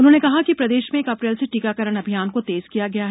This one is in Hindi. उन्होंने कहा कि प्रदेश में एक अप्रैल से टीकाकरण अभियान को तेज किया गया है